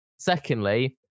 Secondly